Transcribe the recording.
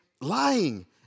lying